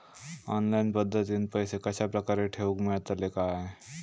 Online पद्धतीन पैसे कश्या प्रकारे ठेऊक मेळतले काय?